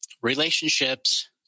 relationships